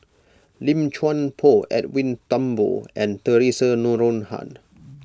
Lim Chuan Poh Edwin Thumboo and theresa Noronha